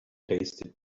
tasted